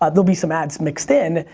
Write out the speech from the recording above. ah there'll be some ads mixed in.